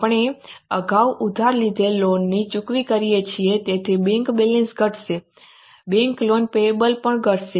આપણે અગાઉ ઉધાર લીધેલ લોનની ચુકવણી કરીએ છીએ તેથી બેંક બેલેન્સ ઘટશે બેંક લોન પેયેબલ્સ પણ ઘટશે